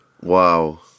Wow